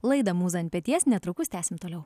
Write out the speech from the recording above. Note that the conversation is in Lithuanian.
laidą mūza ant peties netrukus tęsim toliau